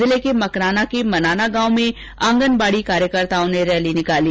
जिले के मकराना के मनाना गांव में आंगनबाड़ी कार्यकर्ताओं ने रैली निकाली